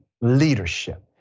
leadership